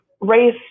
race